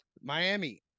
Miami